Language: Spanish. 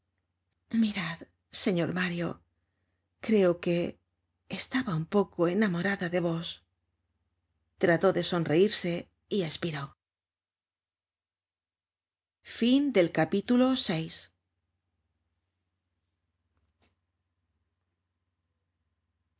mirad señor mario creo que estaba un poco enamorada de vos trató de sonreirse y espiró